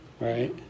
Right